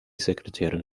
sekretärin